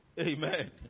Amen